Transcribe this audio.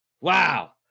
wow